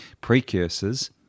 precursors